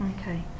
Okay